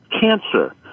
cancer